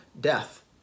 death